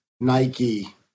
Nike